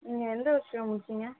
நீங்கள் எந்த வருஷம் முடித்தீங்க